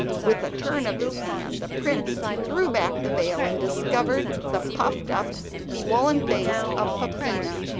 with a turn of his hand the prince threw back the veil, and discovered the puffed-up, swollen face of peppina,